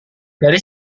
dari